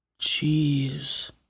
Jeez